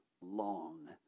long